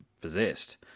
Possessed